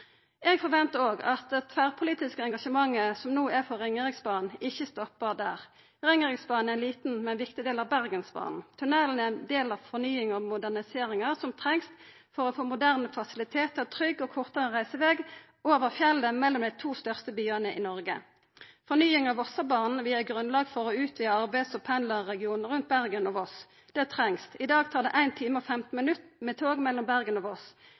Eg forventar òg at det tverrpolitiske engasjementet for Ringeriksbanen ikkje stoppar der. Ringeriksbanen er ein liten, men viktig del av Bergensbanen. Tunnelen er ein del av fornyinga og moderniseringa som ein treng for å få moderne fasilitetar og trygg og kortare reiseveg over fjellet mellom dei to største byane i Noreg. Fornying av Vossabanen vil gi grunnlag for å utvida arbeids- og pendlarregionen rundt Bergen og Voss – det trengst. I dag tar det 1 time og 15 minutt med tog mellom Bergen og